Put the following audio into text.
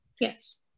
Yes